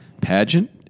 pageant